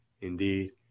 Indeed